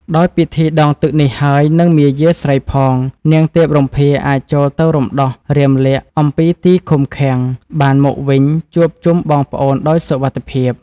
ដោយពិធីដងទឹកនេះ ហើយនិងមាយាស្រីផង នាងទេពរម្ភាអាចចូលទៅរំដោះរាមលក្សណ៍អំពីទីឃុំឃាំង បានមកវិញជួបជុំបងប្អូនដោយសុវត្ថិភាព។